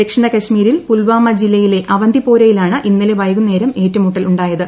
ദക്ഷിണ കാശ്മീരിൽ പുൽവാമ ജില്ലയിലെ അവന്തിപ്പോരയിലാണ് ഇന്നലെ വൈകുന്നേരം ഏറ്റുമുട്ടൽ ഉണ്ടായത്